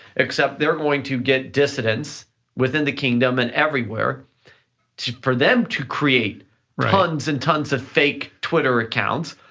except they're going to get dissidents within the kingdom and everywhere to for them to create tons and tons of fake twitter accounts,